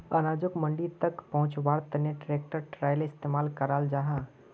अनाजोक मंडी तक पहुन्च्वार तने ट्रेक्टर ट्रालिर इस्तेमाल कराल जाहा